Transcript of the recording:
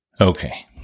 Okay